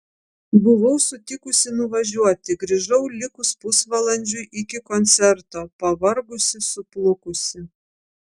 buvau sutikusi nuvažiuoti grįžau likus pusvalandžiui iki koncerto pavargusi suplukusi